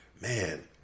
man